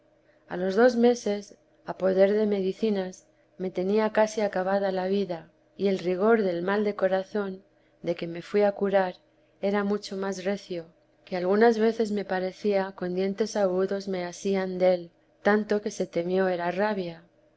a los dos meses a poder de medicinas me tenía casi acabada la vida y el rigor del mal de corazón de que me fui a curar era mucho más recio que algunas veces me parecía con dientes agudos me asían del tanto que se temió era rabia